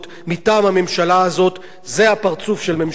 זה הפרצוף של ממשלת נתניהו, ישי,